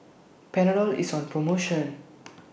Panadol IS on promotion